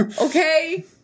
Okay